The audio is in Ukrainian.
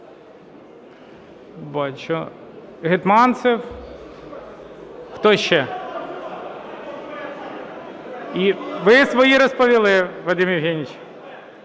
Ви свої розповіли, Вадим Євгенович.